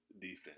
defense